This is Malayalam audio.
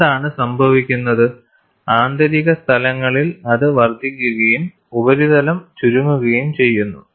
എന്താണ് സംഭവിക്കുന്നത് ആന്തരിക സ്ഥലങ്ങളിൽ അത് വർദ്ധിക്കുകയും ഉപരിതലം ചുരുങ്ങുകയും ചെയ്യുന്നു